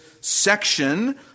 section